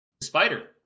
Spider